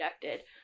conducted